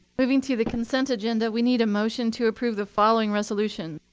moving to the consent agenda, we need a motion to approve the following resolution.